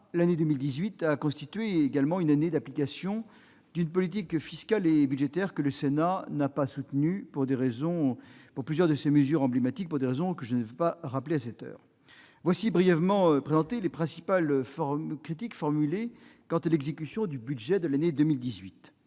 l'année 2018 a également constitué une année d'application d'une politique fiscale et budgétaire dont le Sénat n'a pas soutenu plusieurs de ses mesures emblématiques, pour des raisons que je ne rappellerai pas ici. Voilà brièvement présentées les principales critiques formulées quant à l'exécution du budget de l'année 2018.